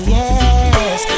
yes